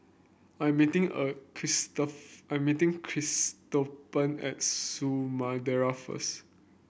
I meeting a I meeting Cristobal at Samudera first